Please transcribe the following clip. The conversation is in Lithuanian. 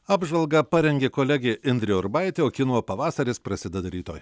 apžvalgą parengė kolegė indrė urbaitė o kino pavasaris prasideda rytoj